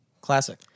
classic